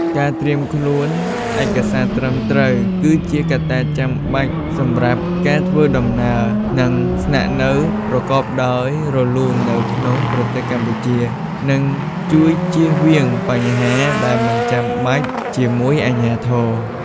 ការត្រៀមខ្លួនឯកសារត្រឹមត្រូវ គឺជាកត្តាចាំបាច់សម្រាប់ការធ្វើដំណើរ និងស្នាក់នៅប្រកបដោយរលូននៅក្នុងប្រទេសកម្ពុជានឹងជួយជៀសវាងបញ្ហាដែលមិនចាំបាច់ជាមួយអាជ្ញាធរ។